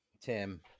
Tim